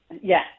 Yes